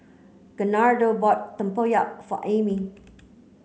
Gerardo bought Tempoyak for Ami